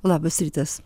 labas rytas